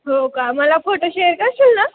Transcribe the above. हो का मला फोटो शेअर करशील ना